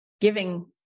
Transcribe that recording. giving